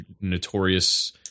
notorious